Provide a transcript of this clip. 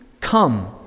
come